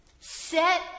Set